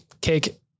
Cake